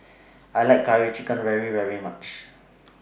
I like Curry Chicken very much